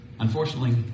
Unfortunately